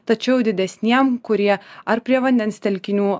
tačiau didesniem kurie ar prie vandens telkinių